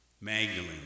Magdalene